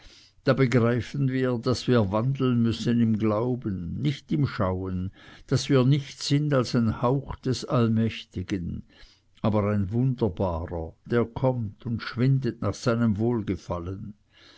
da begreifen wir daß wir wandeln müssen im glauben nicht im schauen daß wir nichts sind als ein hauch des allmächtigen aber ein wunderbarer der kommt und schwindet nach seinem wohlgefallen